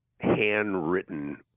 handwritten